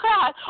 God